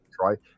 right